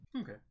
Okay